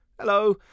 hello